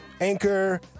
anchor